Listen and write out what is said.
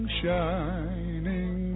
shining